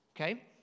okay